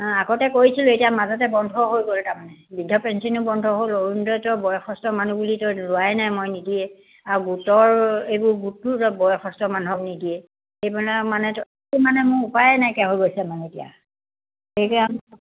আগতে কৰিছিলে এতিয়া মাজতে বন্ধ হৈ গ'ল তাৰমানে বৃদ্ধ পেঞ্চনো বন্ধ হ'ল অৰুণোদয়টো বয়সস্থ মানুহ বুলি তো লোৱাই নাই মই নিদিয়ে আৰু গোটৰ এইবোৰ গোটটো এতিয়া বয়সস্থ মানুহক নিদিয়ে সেইবিলাক মানে মানে মোৰ উপায়ে নাইকিয় হৈ গৈছে মানে এতিয়া সেইকাৰণে